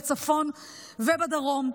בצפון ובדרום.